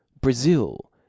Brazil